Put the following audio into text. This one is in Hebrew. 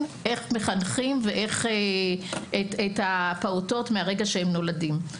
איך מחנכים את הפעוטות מרגע שהם נולדים.